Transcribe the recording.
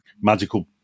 magical